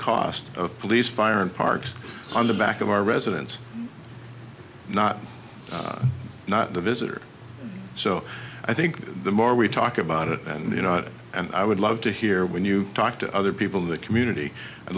cost of police fire and parks on the back of our residents not not the visitor so i think the more we talk about it and you know and i would love to hear when you talk to other people in the community i